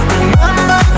Remember